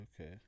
okay